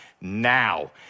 now